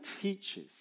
teaches